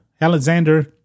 Alexander